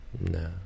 No